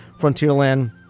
Frontierland